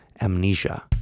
Amnesia